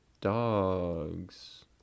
dogs